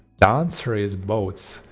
the answer is boats.